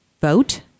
vote